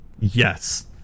Yes